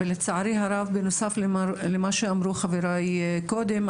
ולצערי הרב בנוסף למה שאמרו חבריי קודם,